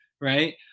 Right